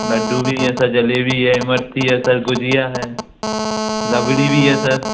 लड्डू भी हैं सर जलेबी है इमरती है सर गुजिया है रबड़ी भी है सर